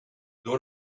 door